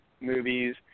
movies